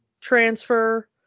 transfer